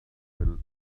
will